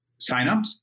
signups